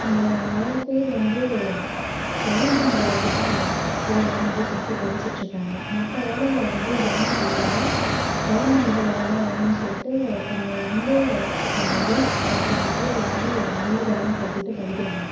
இங்கே நிறையப் பேர் வந்து கவர்மெண்ட் வேலக்குதான் போவேன் அப்படி சொல்லிடு படிச்சிட்டு இருக்காங்க மற்ற வேலைகள் வந்து கவனம் செலுத்தாத கவர்மெண்டுத வேலைதான் வேணும்ன்னு சொல்லிடு தன்னை வந்து அந்த குரூப் எக்ஸாம்க்கே வந்து முழு கவனம் செலுத்திகிட்டுப் படிக்கிறாங்க